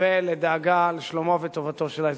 ולדאגה לשלומו וטובתו של האזרח.